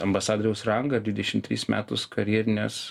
ambasadoriaus rangą ir dvidešim tris metus karjerinės